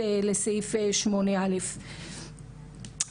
הדבר הכי קריטי שכשמשהו עולה לרשת,